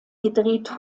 gedreht